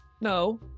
No